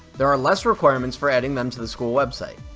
there are less requirements for adding them to the school website.